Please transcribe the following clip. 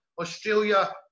Australia